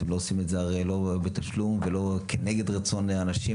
אתם לא עושים את זה הרי לא בתשלום ולא כנגד רצון האנשים,